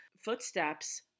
footsteps